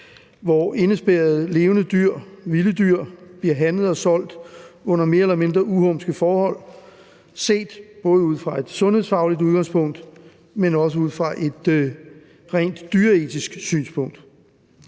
hvor indespærrede levende dyr, vilde dyr, bliver handlet og solgt under mere eller mindre uhumske forhold set både ud fra et sundhedsfagligt synspunkt, men også ud fra et rent dyreetisk synspunkt.